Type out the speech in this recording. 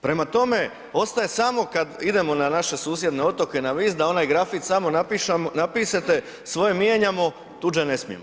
Prema tome, ostaje samo kad idemo na naše susjedne otoke na Vis da onaj grafit samo napišete „svoje mijenjamo, tuđe ne smijemo“